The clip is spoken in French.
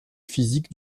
physiques